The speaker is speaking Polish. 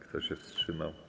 Kto się wstrzymał?